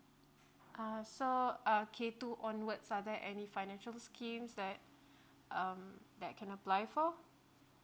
ah so uh K two onwards are there any financial schemes that um that I can apply for